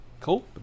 Cool